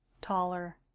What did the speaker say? taller